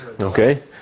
Okay